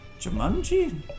Jumanji